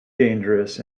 dangerous